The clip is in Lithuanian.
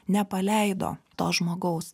nepaleido to žmogaus